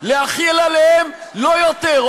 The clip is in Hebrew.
להחיל עליהם לא יותר,